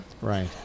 Right